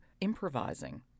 improvising